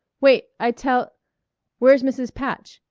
wait. i tell where's mrs. patch?